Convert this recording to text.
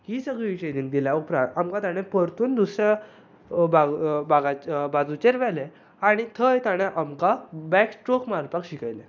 ही सगली ट्रेनिंग दिल्या उपरांत आमकां ताणें परतून दुसऱ्या भागाचेर बाजूचेर व्हेलें आनी थंय ताणें आमकां बेक स्ट्रोक मारपाक शिकयलें